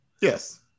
Yes